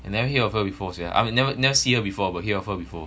I never hear of her before sian I mean never never see her before but got hear of her before